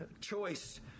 choice